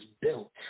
built